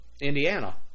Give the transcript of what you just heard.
Indiana